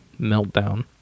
meltdown